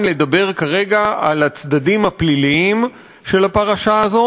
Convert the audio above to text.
לדבר כרגע על הצדדים הפליליים של הפרשה הזאת